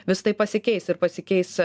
vis tai pasikeis ir pasikeis